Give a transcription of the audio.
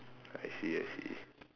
I see I see